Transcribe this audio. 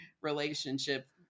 relationship